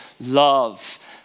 love